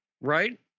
right